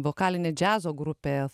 vokalinė džiazo grupė